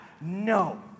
no